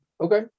Okay